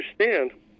understand